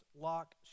lock